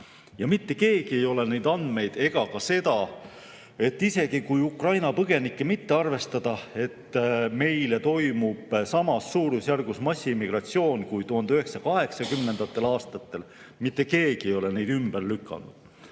Ja mitte keegi ei ole neid andmeid ega ka seda, et isegi kui Ukraina põgenikke mitte arvestada, toimub meil samas suurusjärgus massiimmigratsioon kui 1980. aastatel, ümber lükanud.